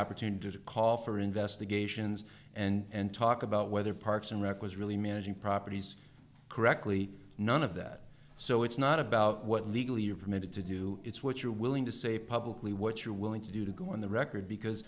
opportunity to call for investigations and talk about whether parks and rec was really managing properties correctly none of that so it's not about what legally you permit it to do it's what you're willing to say publicly what you're willing to do to go on the record because